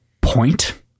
point